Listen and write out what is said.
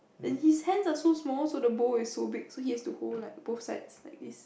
and his hands are so small so the bowl is so big so he has to hold like both sides like this